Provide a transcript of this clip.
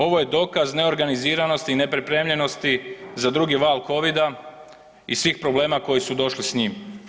Ovo je dokaz neorganiziranosti i nepripremljenosti za drugi val covida i svih problema koji su došli s njim.